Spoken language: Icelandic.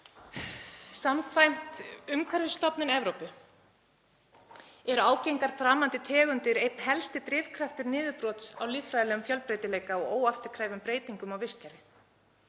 Samkvæmt Umhverfisstofnun Evrópu eru ágengar framandi tegundir einn helsti drifkraftur niðurbrots á líffræðilegum fjölbreytileika og óafturkræfum breytingum á vistkerfi.